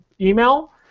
email